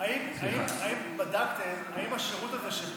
אני יכולה, האם מישהו בודק אם השירות הזה,